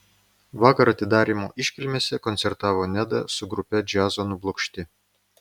vakar atidarymo iškilmėse koncertavo neda su grupe džiazo nublokšti